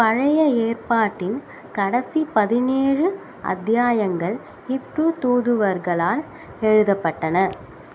பழைய ஏற்பாட்டின் கடைசி பதினேழு அத்தியாயங்கள் ஹீப்ரு தூதுவர்களால் எழுதப்பட்டன